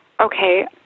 Okay